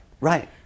Right